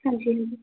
ਹਾਂਜੀ